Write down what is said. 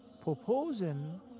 proposing